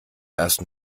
ersten